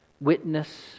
witness